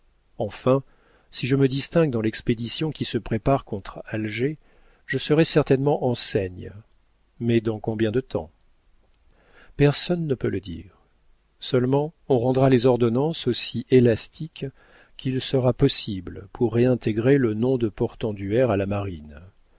enfin si je me distingue dans l'expédition qui se prépare contre alger je serai certainement enseigne mais dans combien de temps personne ne peut le dire seulement on rendra les ordonnances aussi élastiques qu'il sera possible pour réintégrer le nom de portenduère à la marine